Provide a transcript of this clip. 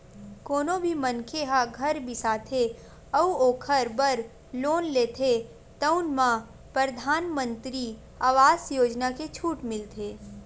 कोनो भी मनखे ह घर बिसाथे अउ ओखर बर लोन लेथे तउन म परधानमंतरी आवास योजना के छूट मिलथे